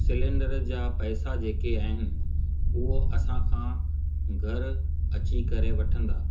cylinder जा पैसा जेके आहिनि उहो असांखां घर अची करे वठंदा